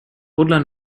podle